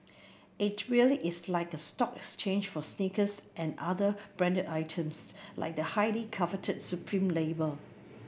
it really is like a stock exchange for sneakers and other branded items like the highly coveted supreme label